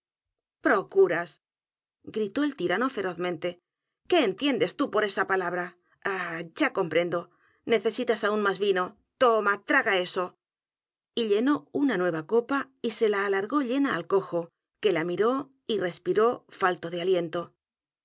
s gritó el tirano ferozmente qué entiendes t ú por esa palabra ah ya comprendo necesitas aún más vino t o m a t r a g a eso y llenó una nueva copa y se la alargó llena al cojo que la miró y respiró falto de aliento